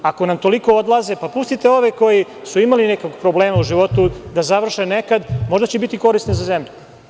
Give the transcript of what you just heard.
Ako nam toliko odlaze, pa pustite ove koji su imali nekog problema u životu da završe nekad, možda će biti korisni za zemlju.